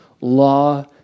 Law